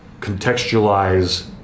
contextualize